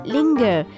Linger